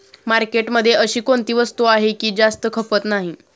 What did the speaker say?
मार्केटमध्ये अशी कोणती वस्तू आहे की जास्त खपत नाही?